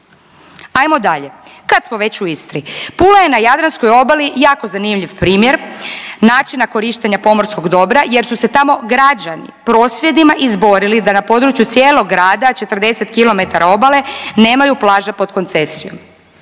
Ajmo dalje. Kad smo već u Istri. Pula je na jadranskoj obali jako zanimljiv primjer načina korištenja pomorskog dobra jer su se tamo građani prosvjedima izborili da na području cijelog grada, 40 km obale nemaju plaže pod koncesijom